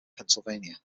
pennsylvania